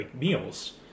meals